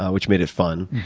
ah which made it fun.